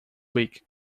week